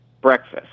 breakfast